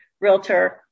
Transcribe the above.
realtor